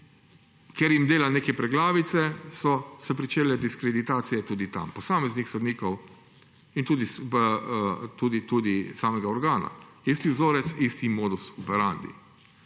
ker jim dela neke preglavice, so se začele diskreditacije tudi tam, posameznih sodnikov in tudi samega organa. Isti vzorec, isti modus operandi.